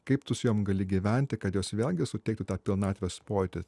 kaip tu su jom gali gyventi kad jos vėlgi suteiktų tą pilnatvės pojūtį